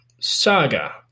Saga